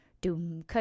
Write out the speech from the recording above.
Doom